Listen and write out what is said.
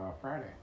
Friday